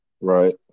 Right